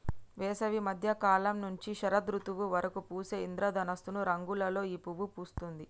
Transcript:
వేసవి మద్య కాలం నుంచి శరదృతువు వరకు పూసే ఇంద్రధనస్సు రంగులలో ఈ పువ్వు పూస్తుంది